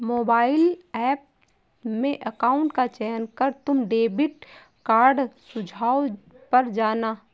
mobile app में account का चयन कर तुम डेबिट कार्ड सुझाव पर जाना